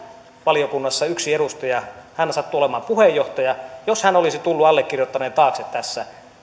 valiokunnassa yksi edustaja hän sattuu olemaan puheenjohtaja jos hän olisi tullut allekirjoittaneen taakse tässä